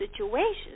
situations